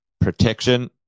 protection